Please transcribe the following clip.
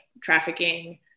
trafficking